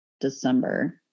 December